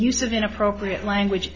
use of inappropriate language